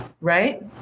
right